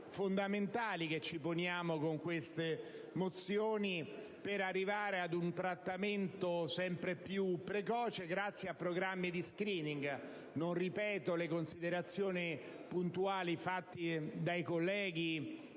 fondamentali che ci poniamo con queste mozioni per arrivare a un trattamento sempre più precoce grazie a programmi di *screening*. Non ripeto le puntuali considerazioni fatte dai colleghi